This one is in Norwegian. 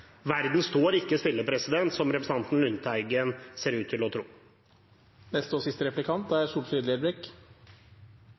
Verden står ikke stille, som representanten Lundteigen ser ut til å tro. Det er snart jul, og